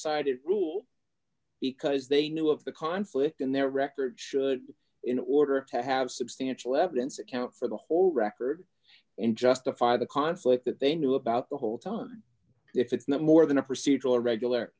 sided rule because they knew of the conflict in their records should in order to have substantial evidence for the whole record and justify the conflict that they knew about the whole tone if not more than a procedural regular